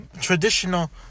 traditional